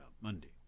Monday